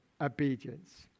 obedience